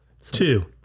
Two